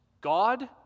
God